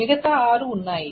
మిగతా ఆరు ఉన్నాయి